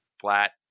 flat